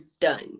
done